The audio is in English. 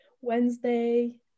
Wednesday